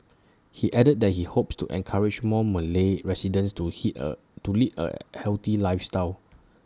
he added that he hopes to encourage more Malay residents to he A to lead A healthy lifestyle